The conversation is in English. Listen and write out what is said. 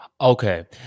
Okay